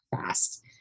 fast